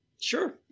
Sure